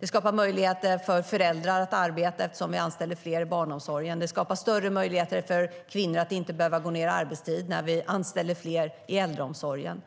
Den skapar möjligheter för föräldrar att arbeta eftersom vi anställer fler i barnomsorgen, och den skapar större möjligheter för kvinnor att inte behöva gå ned i arbetstid när vi anställer fler i äldreomsorgen.